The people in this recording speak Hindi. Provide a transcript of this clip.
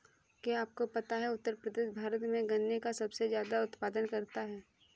क्या आपको पता है उत्तर प्रदेश भारत में गन्ने का सबसे ज़्यादा उत्पादन करता है?